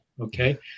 okay